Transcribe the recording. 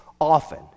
often